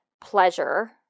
pleasure